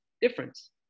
Difference